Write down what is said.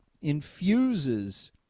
infuses